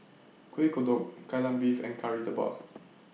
Kueh Kodok Kai Lan Beef and Kari Debal